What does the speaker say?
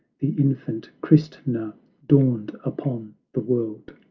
the infant christna dawned upon the world!